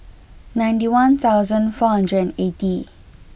ninety one thousand four hundred and eighty